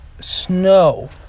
snow